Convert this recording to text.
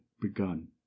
begun